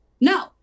No